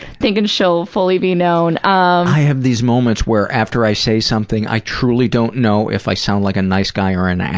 thinking she'll fully be known? i have these moments where, after i say something, i truly don't know if i sound like a nice guy or an asshole.